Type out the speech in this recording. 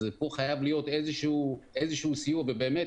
אז פה חייב להיות איזה שהוא סיוע ובאמת,